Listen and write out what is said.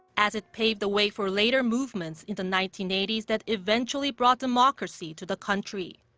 as it paved the way for later movements in the nineteen eighty s that eventually brought democracy to the country.